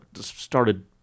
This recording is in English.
started